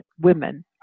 women